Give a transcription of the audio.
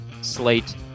slate